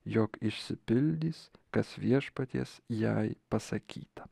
jog išsipildys kas viešpaties jai pasakyta